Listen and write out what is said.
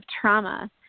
trauma